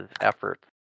efforts